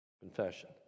Confession